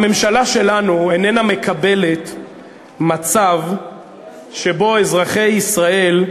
הממשלה שלנו איננה מקבלת מצב שבו אזרחי ישראל,